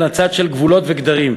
אלא צד של גבולות וגדרים,